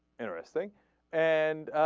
interesting and